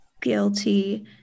guilty